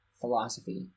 philosophy